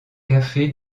café